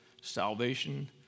salvation